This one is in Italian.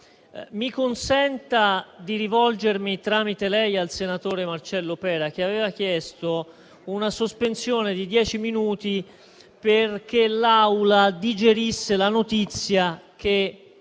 Mi consenta di rivolgermi, tramite lei, al senatore Marcello Pera, che aveva chiesto una sospensione di dieci minuti perché l'Assemblea digerisse la notizia che